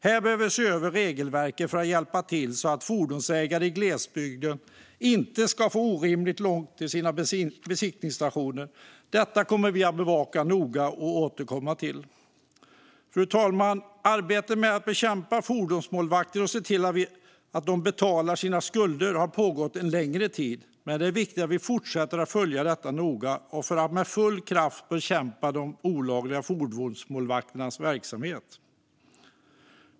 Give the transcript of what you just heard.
Här behöver vi se över regelverket för att hjälpa till så att fordonsägare i glesbygden inte ska ha orimligt långt till sin besiktningsstation. Detta kommer vi att bevaka noga och återkomma till. Fru talman! Arbetet med att bekämpa fordonsmålvakter och se till att de betalar sina skulder har pågått en längre tid, men det är viktigt att vi fortsätter att följa detta noga för att med full kraft bekämpa de olagliga fordonsmålvakternas verksamhet.